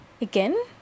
Again